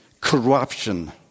corruption